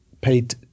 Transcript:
paid